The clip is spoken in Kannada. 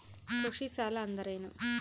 ಕೃಷಿ ಸಾಲ ಅಂದರೇನು?